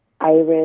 iris